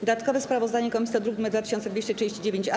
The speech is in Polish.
Dodatkowe sprawozdanie komisji to druk nr 2239-A.